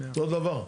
אותו דבר.